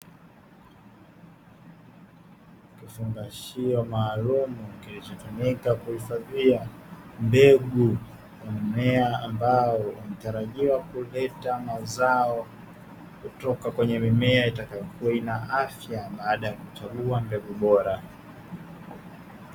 Kifungashio maalumu kilichotumika kuhifadhia mbegu ya mmea, ambao hutarajiwa kuleta mazao kutoka kwenye mimea itakayokuwa na afya baada ya kuchagua mbegu bora.